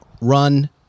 Run